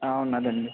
ఉన్నదండి